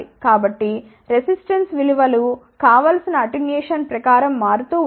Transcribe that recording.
కాబట్టి రెసిస్టెన్స్ విలువలు కావలసిన అటెన్యుయేషన్ ప్రకారం మారుతూ ఉంటాయి